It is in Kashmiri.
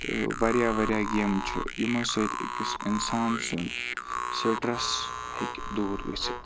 تہٕ واریاہ واریاہ گیمہٕ چھُ یِمو سۭتۍ أکِس اِنسان سُنٛد سٹرٛس ہیٚکہِ دوٗر گٔژھِتھ